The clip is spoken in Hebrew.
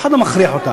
אף אחד לא מכריח אותה,